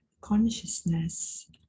consciousness